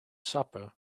supper